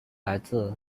来自